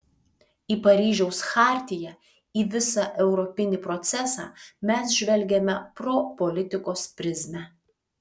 į paryžiaus chartiją į visą europinį procesą mes žvelgiame pro politikos prizmę